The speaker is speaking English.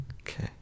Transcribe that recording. Okay